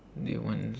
they want